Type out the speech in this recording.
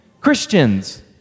Christians